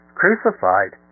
crucified